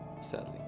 Sadly